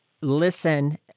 listen